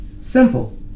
simple